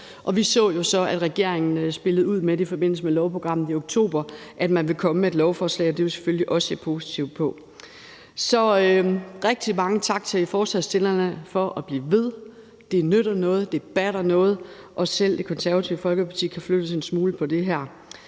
jo så, at regeringen i forbindelse med lovprogrammet i oktober spillede ud med, at man ville komme med et lovforslag, og det vil vi selvfølgelig også se positivt på. Så rigtig mange tak til forslagsstillerne for at blive ved. Det nytter noget, der batter noget, og selv Det Konservative Folkeparti kan flyttes en smule her.